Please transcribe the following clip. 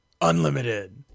Unlimited